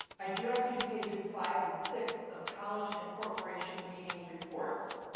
i direct you to pages five and six of college and corporation meetings reports.